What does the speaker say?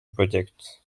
projects